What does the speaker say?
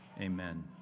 amen